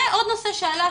ועוד נושא שעלה,